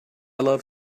love